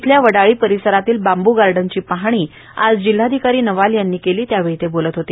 येथील वडाळी परिसरातील बांब् गार्डनची पाहणी आज जिल्हाधिकारी नवाल यांनी केली त्यावेळी ते बोलत होते